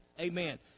Amen